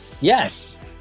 yes